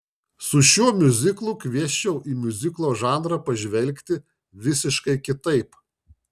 su šiuo miuziklu kviesčiau į miuziklo žanrą pažvelgti visiškai kitaip